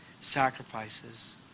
sacrifices